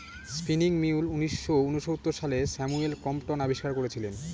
spinning mule উনিশশো ঊনসত্তর সালে স্যামুয়েল ক্রম্পটন আবিষ্কার করেছিলেন